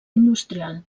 industrial